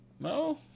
No